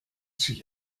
sich